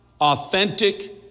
authentic